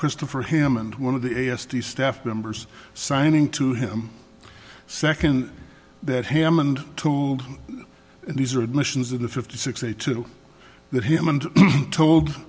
christopher him and one of the a s d staff members signing to him second that hammond tooled and these are admissions of the fifty six they took that him and told